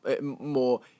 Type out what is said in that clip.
more